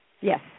Yes